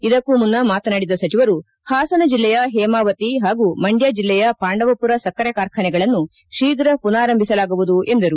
ಇದಕ್ಕೂ ಮುನ್ನ ಮಾತನಾಡಿದ ಸಚಿವರು ಹಾಸನ ಜಿಲ್ಲೆಯ ಹೇಮಾವತಿ ಹಾಗೂ ಮಂಡ್ಯ ಜಿಲ್ಲೆಯ ಪಾಂಡವಮರ ಸಕ್ಕರೆ ಕಾರ್ಖಾನೆಗಳನ್ನು ಶೀಘ್ರ ಮನರಾಂಭಿಸಲಾಗುವುದು ಎಂದರು